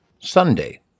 Sunday